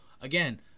again